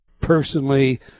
personally